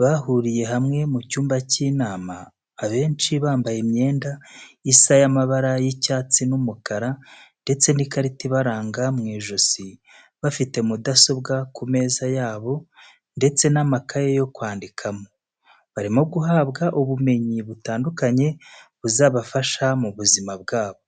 bahuriye hamwe mu cyumba cy'inama, abenshi bambaye imyenda isa y'amabara y'icyatsi n'umukara ndetse n'ikarita ibaranga mu ijosi bafite mudasobwa ku meza yabo ndetse n'amakaye yo kwandikamo, barimo guhabwa ubumenyi butandukanye buzabafasha mu buzima bwabo.